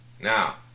Now